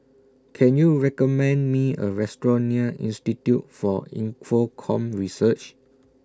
Can YOU recommend Me A Restaurant near Institute For Infocomm Research